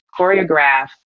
choreograph